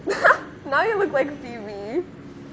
now you look like phoebe